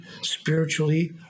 spiritually